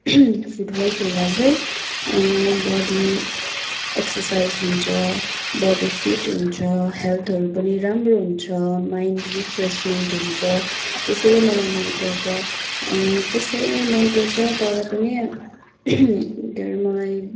football खेल्दा चाहिँ body exercise हुन्छ बडी फिट हुन्छ हेल्थहरू पनि राम्रो हुन्छ माइन्ड रिफ्रेसमेन्ट हुन्छ त्यसैले मलाई मनपर्छ त्यसैले मनपर्छ तर पनि के अरे मलाई